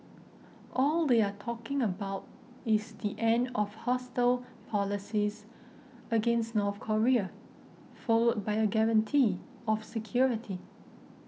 all they are talking about is the end of hostile policies against North Korea followed by a guarantee of security